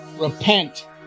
repent